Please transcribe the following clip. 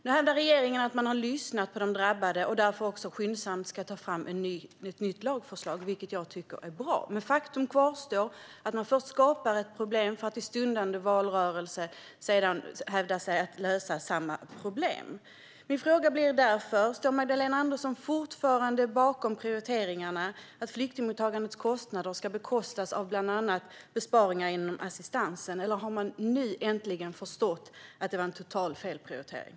Nu hävdar regeringen att man har lyssnat på de drabbade och att man därför skyndsamt ska ta fram ett nytt lagförslag, vilket jag tycker är bra. Faktum kvarstår dock: Man skapar ett problem för att sedan, i valrörelsen, hävda att man har löst samma problem. Min fråga är därför denna: Står Magdalena Andersson fortfarande bakom prioriteringen att flyktingmottagandets kostnader ska täckas av bland annat besparingar inom assistansen, eller har hon och regeringen nu äntligen förstått att detta var en total felprioritering?